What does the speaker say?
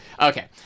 Okay